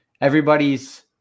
everybody's